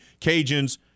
Cajuns